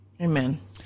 Amen